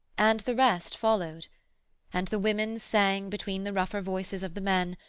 and the rest followed and the women sang between the rougher voices of the men,